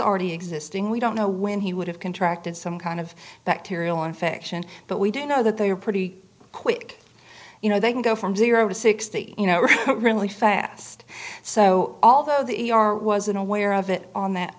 already existing we don't know when he would have contracted some kind of bacterial infection but we do know that they are pretty quick you know they can go from zero to sixty you know really really fast so although the e r wasn't aware of it on that